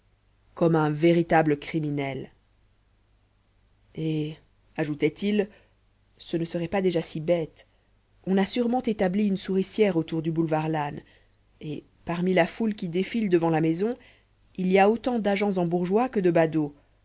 comme un véritable criminel et ajoutait-il ce ne serait pas déjà si bête on a sûrement établi une souricière autour du boulevard lannes et parmi la foule qui défile devant la maison il y a autant d'agents en bourgeois que de